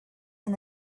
and